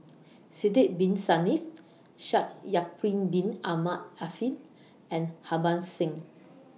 Sidek Bin Saniff Shaikh Yahya Bin Ahmed Afifi and Harbans Singh